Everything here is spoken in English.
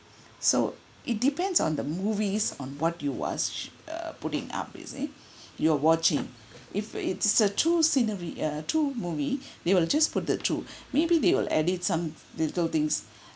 so it depends on the movies on what you watch err putting up you see you're watching if it's the true scenery uh true movie they will just put the true maybe they will edit some little things